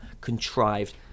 contrived